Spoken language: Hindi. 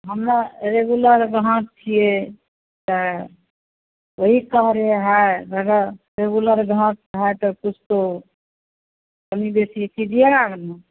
वही कह रहे हैं रेगुलर ग्राहक हैं तो कुछ तो कमी बेसी कीजिएगा ना